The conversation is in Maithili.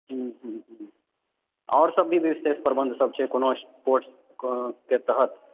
हँ हँ हँ आओरसभ भी विशेष प्रबन्धसभ छै कोनो कोर कोर्सके तहत